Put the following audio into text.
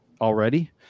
already